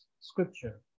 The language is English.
scripture